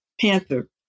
Panther